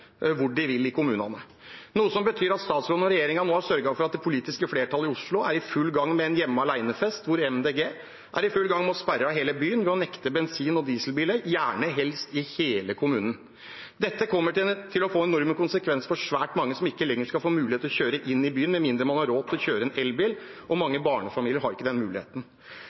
hvor de vil i kommunene, noe som betyr at statsråden og regjeringen nå har sørget for at det politiske flertallet i Oslo er i full gang med en hjemme-alene-fest. Miljøpartiet De Grønne er i full gang med å sperre av hele byen ved å nekte bensin- og dieselbiler, helst i hele kommunen. Dette kommer til å få enorme konsekvenser for svært mange, som ikke lenger skal få mulighet til å kjøre inn i byen med mindre man har råd til å kjøre en elbil, og mange barnefamilier har ikke den muligheten.